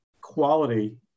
quality